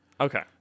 okay